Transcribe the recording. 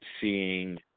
seeing